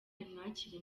imwakire